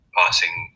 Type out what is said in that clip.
passing